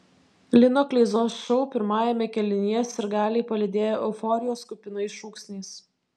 lino kleizos šou pirmajame kėlinyje sirgaliai palydėjo euforijos kupinais šūksniais